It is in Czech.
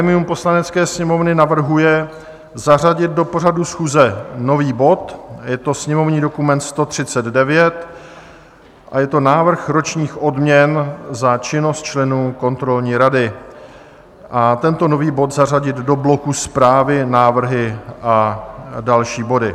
Grémium Poslanecké sněmovny navrhuje zařadit do pořadu schůze nový bod, je to sněmovní dokument 139, je to Návrh ročních odměn za činnost členů kontrolní rady a tento nový bod zařadit do bloku Zprávy, návrhy a další body.